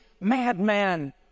madman